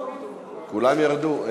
כולם ירדו?